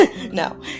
no